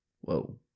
Whoa